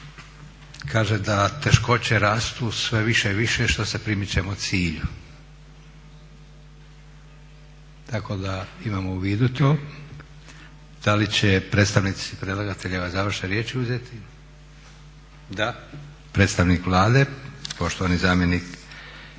kaže da teškoće rastu sve više i više što se primičemo cilju. Tako da imamo u vidu to. Da li će predstavnici predlagatelja završne riječi uzeti? Da. Predstavnik Vlade, poštovani zamjenik